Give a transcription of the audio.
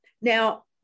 Now